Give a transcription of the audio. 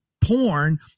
porn